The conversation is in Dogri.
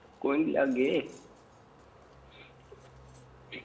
कोई नी लागे